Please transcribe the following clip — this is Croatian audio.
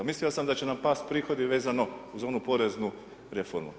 Mislio sam da će nam pasti prihodi vezano uz onu poreznu reformu.